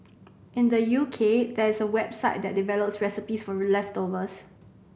in the U K there's a website that develops recipes for leftovers